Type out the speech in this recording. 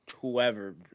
whoever